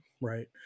Right